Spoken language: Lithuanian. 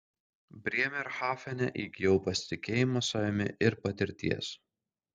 brėmerhafene įgijau pasitikėjimo savimi ir patirties